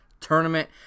Tournament